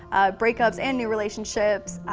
break ups, and new relationships,